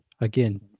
Again